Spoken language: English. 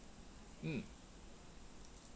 mm